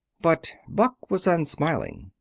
but buck was unsmiling.